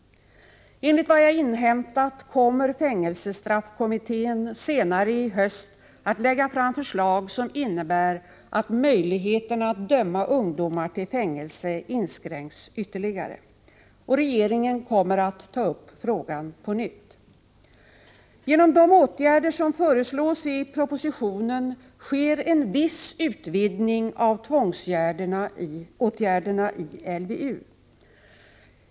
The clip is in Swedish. Enligt vad jag inhämtat kommer fängelsestraffkommittén i höst att lägga fram förslag som innebär att möjligheterna att döma ungdomar till fängelse inskränks ytterligare. Regeringen kommer att ta upp frågan på nytt. Genom de åtgärder som föreslås i propositionen sker en viss utvidgning av tvångsåtgärderna i LVU.